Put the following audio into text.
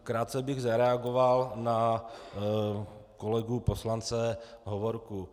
Krátce bych zareagoval na kolegu poslance Hovorku.